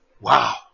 Wow